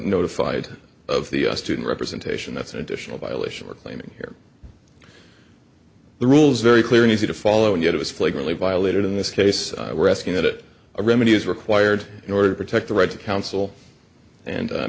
notified of the student representation that's an additional violation we're claiming here the rules very clear and easy to follow and yet it was flagrantly violated in this case we're asking that a remedy is required in order to protect the right to counsel and